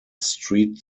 street